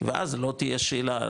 ואז לא תהיה שאלה,